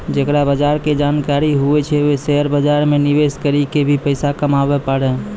जेकरा बजार के जानकारी हुवै छै वें शेयर बाजार मे निवेश करी क भी पैसा कमाबै पारै